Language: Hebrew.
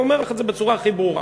אני אומר לך את זה בצורה הכי ברורה.